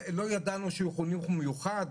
לא ידענו שהוא חינוך מיוחד,